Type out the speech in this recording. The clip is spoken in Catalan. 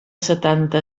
setanta